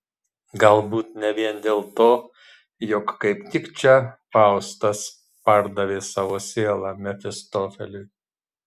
galbūt ne vien dėl to jog kaip tik čia faustas pardavė savo sielą mefistofeliui